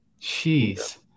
Jeez